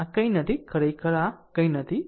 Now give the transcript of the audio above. આ કંઈ નથી ખરેખર આ કંઈ નથી